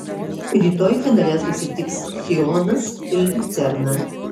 rytoj finale susitiks sionas ir liucerna